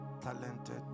talented